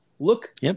Look